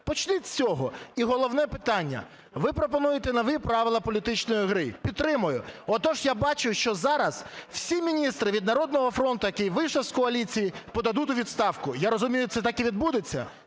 почніть з цього. І головне питання. Ви пропонуєте нові правила політичної гри – підтримую. Отож, я бачу, що зараз всі міністри від "Народного фронту", який вийшов з коаліції, подадуть у відставку. Я розумію, це так і відбудеться?